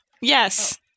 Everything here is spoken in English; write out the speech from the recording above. Yes